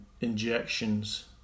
injections